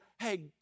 hey